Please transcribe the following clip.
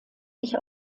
sich